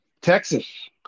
Texas